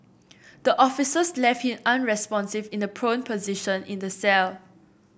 the officers left him unresponsive in the prone position in the cell